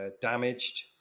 damaged